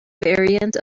variant